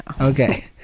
Okay